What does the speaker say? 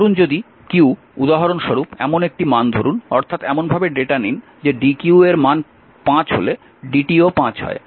ধরুন যদি q উদাহরণ স্বরূপ এমন একটি মান ধরুন অর্থাৎ এমনভাবে ডেটা নিন যে dq এর মান 5 হলে dt ও 5 হয়